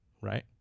Right